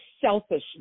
selfishness